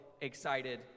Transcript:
Excited